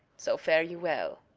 so farewell.